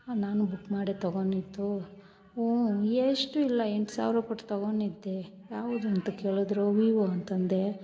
ನಾನು ಬುಕ್ ಮಾಡೇ ತಗೋನಿದ್ದು ಹ್ಞೂ ಎಷ್ಟು ಇಲ್ಲ ಎಂಟು ಸಾವಿರ ಕೊಟ್ಟು ತಗೋನಿದ್ದೆ ಯಾವ್ದು ಅಂತ ಕೇಳಿದರು ವೀವೋ ಅಂತಂದೆ